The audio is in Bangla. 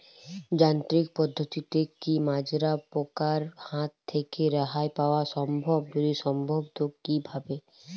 যান্ত্রিক পদ্ধতিতে কী মাজরা পোকার হাত থেকে রেহাই পাওয়া সম্ভব যদি সম্ভব তো কী ভাবে?